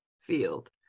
field